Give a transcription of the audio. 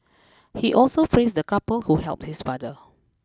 he also praised the couple who helped his father